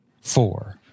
four